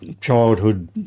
childhood